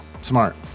Smart